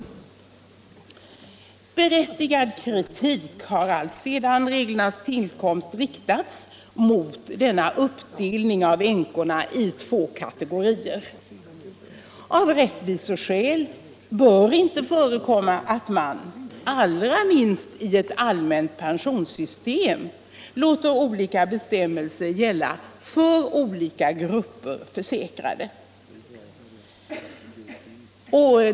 Berättigad kritik har allt sedan reglernas tillkomst riktats mot denna uppdelning av änkorna i två kategorier. Av rättviseskäl bör det inte förekomma att man — allra minst i ett allmänt pensionssystem — låter olika bestämmelser gälla för olika grupper försäkrade.